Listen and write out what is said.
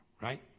right